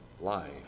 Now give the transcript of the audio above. life